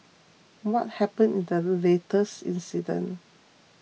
what happened in the latest incident